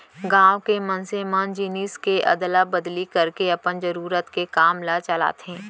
गाँव के मनसे मन जिनिस के अदला बदली करके अपन जरुरत के काम ल चलाथे